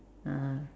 ah